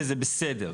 וזה בסדר.